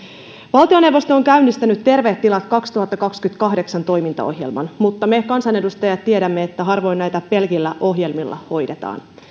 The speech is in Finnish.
valtioneuvosto on käynnistänyt terveet tilat kaksituhattakaksikymmentäkahdeksan toimintaohjelman mutta me kansanedustajat tiedämme että harvoin näitä pelkillä ohjelmilla hoidetaan